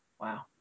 wow